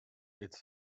its